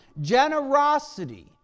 Generosity